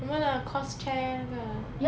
我们的 course chair 那个